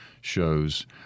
shows